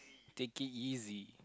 take it easy